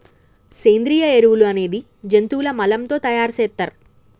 సేంద్రియ ఎరువులు అనేది జంతువుల మలం తో తయార్ సేత్తర్